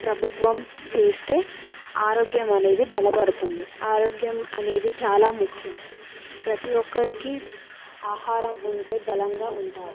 ప్రభుత్వం చేస్తే ఆరోగ్యం అనేది బలపడుతుంది ఆరోగ్యం అనేది చాలా ముఖ్యం ప్రతి ఒక్కరికి ఆహారం ఉంటే బలంగా ఉంటారు